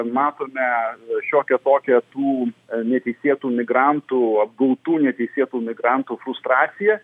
matome šiokią tokią tų neteisėtų migrantų apgautų neteisėtų migrantų fustraciją